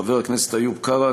חבר הכנסת איוב קרא,